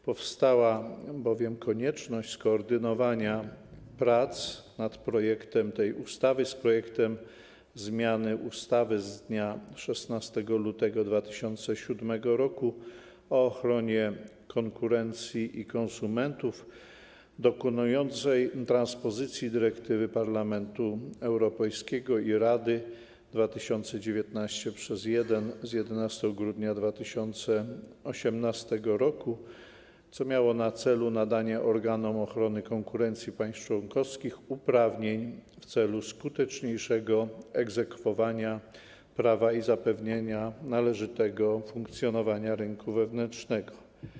Powstała bowiem konieczność skoordynowania prac nad projektem tej ustawy z projektem zmiany ustawy z dnia 16 lutego 2007 r. o ochronie konkurencji i konsumentów dokonującej transpozycji dyrektywy Parlamentu Europejskiego i Rady 2019/1 z 11 grudnia 2018 r., co miało na celu nadanie organom ochrony konkurencji państw członkowskich uprawnień w celu skuteczniejszego egzekwowania prawa i zapewnienia należytego funkcjonowania rynku wewnętrznego.